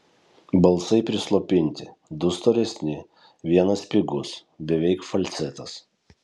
balsai prislopinti du storesni vienas spigus beveik falcetas